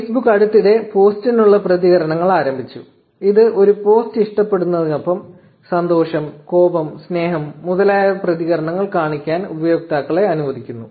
Facebook അടുത്തിടെ പോസ്റ്റിനുള്ള പ്രതികരണങ്ങൾ ആരംഭിച്ചു ഇത് ഒരു പോസ്റ്റ് ഇഷ്ടപ്പെടുന്നതിനൊപ്പം സന്തോഷം കോപം സ്നേഹം മുതലായ പ്രതികരണങ്ങൾ കാണിക്കാൻ ഉപയോക്താക്കളെ അനുവദിക്കുന്നു